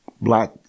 black